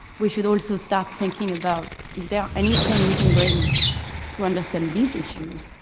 we should also start thinking about is there anything we can bring to understand these issues?